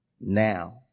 now